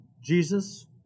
Jesus